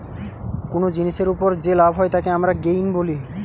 কুনো জিনিসের উপর যে লাভ হয় তাকে আমরা গেইন বলি